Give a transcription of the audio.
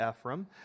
Ephraim